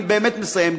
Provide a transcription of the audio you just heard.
אני באמת מסיים,